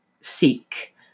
seek